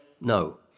no